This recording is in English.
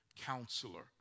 Counselor